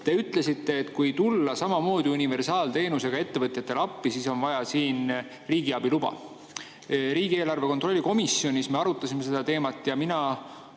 Te ütlesite, et kui tulla samamoodi universaalteenusega ka ettevõtjatele appi, siis on vaja riigiabi luba. Riigieelarve kontrolli erikomisjonis me arutasime seda teemat ja mina